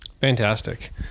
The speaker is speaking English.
Fantastic